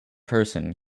person